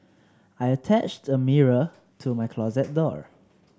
I attached a mirror to my closet door